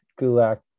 Gulak